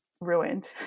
ruined